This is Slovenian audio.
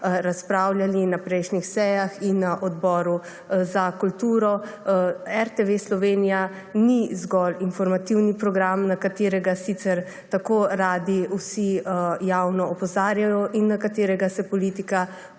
razpravljali na prejšnjih sejah in na Odboru za kulturo, RTV Slovenija ni zgolj informativni program, na katerega sicer tako radi vsi javno opozarjajo in na katerega se politika